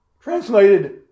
translated